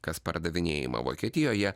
kas pardavinėjama vokietijoje